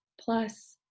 plus